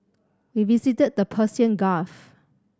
we visited the Persian Gulf